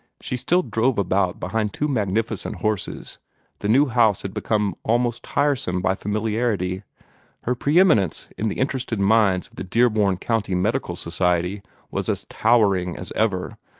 she still drove about behind two magnificent horses the new house had become almost tiresome by familiarity her pre-eminence in the interested minds of the dearborn county medical society was as towering as ever,